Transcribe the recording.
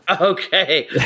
Okay